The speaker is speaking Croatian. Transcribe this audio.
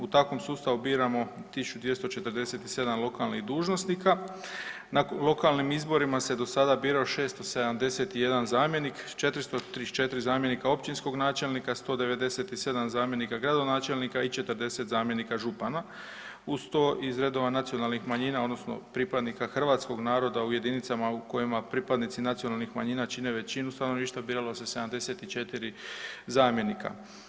U takvom sustavu biramo 1.247 lokalnih dužnosnika, na lokalnim izborima se do sada bira 671 zamjenik, 434 zamjenika općinskog načelnika, 197 zamjenika gradonačelnika i 40 zamjenika župana uz to iz redova nacionalnih manjina odnosno pripadnika hrvatskog naroda u jedinicama u kojima pripadnici nacionalnih manjina čine većinu stanovništva biralo se 74 zamjenika.